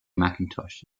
macintosh